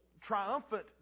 triumphant